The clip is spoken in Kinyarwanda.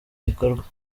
gikorwa